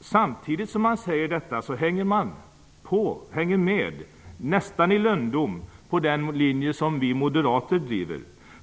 Samtidigt som man säger detta hänger man närmast i lönndom med på den linje som vi moderater driver.